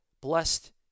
blessed